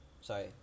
sorry